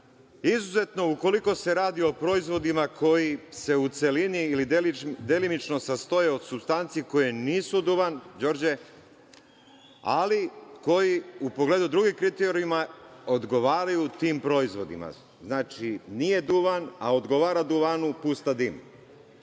Izuzetno, ukoliko se radi o proizvodima koji se u celini ili delimično sastoje od supstanci koje nisu duvan, Đorđe, ali koji u pogledu drugih kriterijuma odgovaraju tim proizvodima, znači nije duvan, a odgovara duvanu, pusta dim.